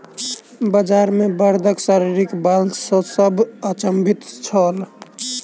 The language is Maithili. बजार मे बड़दक शारीरिक बल देख सभ अचंभित छल